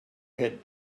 had